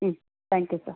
ம் thank you sir